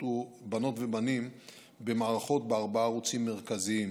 ובנים במערכת בארבעה ערוצים מרכזיים: